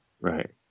Right